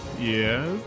Yes